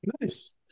Nice